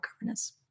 governance